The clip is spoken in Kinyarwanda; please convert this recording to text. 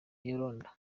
yolanda